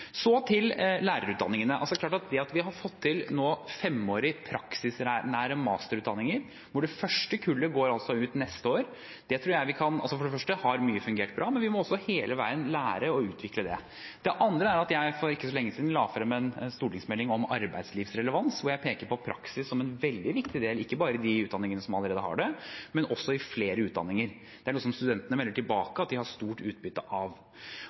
Så til lærerutdanningene. Det er klart, nå har vi fått til femårige praksisnære masterutdanninger, og det første kullet går ut neste år. Der har for det første mye fungert bra, men vi må også hele veien lære og utvikle det. Det andre er at jeg for ikke så lenge siden la frem en stortingsmelding om arbeidslivsrelevans, hvor jeg pekte på praksis som en veldig viktig del – ikke bare i de utdanningene som allerede har det, men også i flere utdanninger. Det er noe som studentene melder tilbake at de har stort utbytte av.